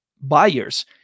buyers